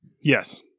Yes